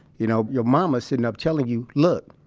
you know, your mom was sitting up telling you, look,